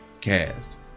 cast